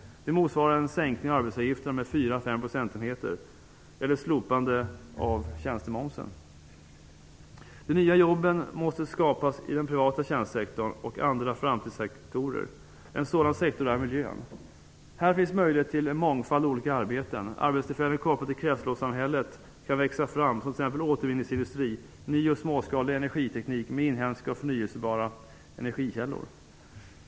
Det motsvarar en sänkning av arbetsgivaravgifterna med 4-5 procentenheter eller slopande av tjänstemomsen. De nya jobben måste skapas i den privata tjänstesektorn och i andra framtidssektorer. En sådan sektor är miljön. Här finns möjligheter till en mångfald olika arbeten. Arbetstillfällen kopplade till kretsloppssamhället kan växa fram som t.ex. återvinningsindustri och ny och småskalig energiteknik med inhemska och förnybara energikällor.